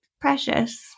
Precious